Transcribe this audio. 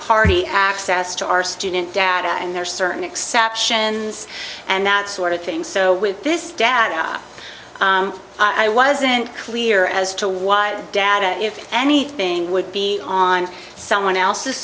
party access to our student data and there are certain exceptions and that sort of thing so with this dad i wasn't clear as to why the data if anything would be on someone else's